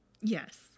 Yes